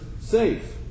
safe